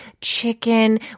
chicken